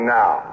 now